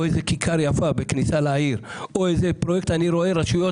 איזה כיכר יפה בכניסה לעיר או איזה פרויקט אני רואה רשויות